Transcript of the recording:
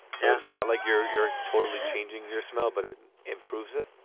so so not like you're you're totally changing your smell, but it improves it.